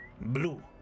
Blue